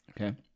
Okay